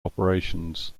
operations